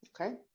Okay